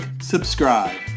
subscribe